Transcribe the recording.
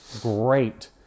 great